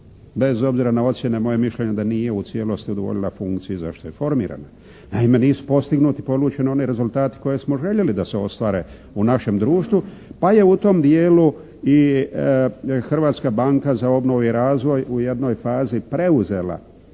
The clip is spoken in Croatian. bez obzira na ocjene moje mišljenje je da nije u cijelosti udovoljila funkciji zašto je formirana. Naime, nisu postignuti polučeni oni rezultati koje smo željeli da se ostvare u našem društvu pa je u tom dijelu i Hrvatska banka za obnovu i razvoj u jednoj fazi preuzela